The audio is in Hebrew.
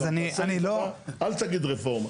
תעשה טובה, אל תגיד רפורמה.